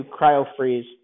cryo-freeze